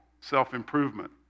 self-improvement